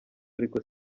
ariko